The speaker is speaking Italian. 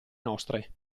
nostre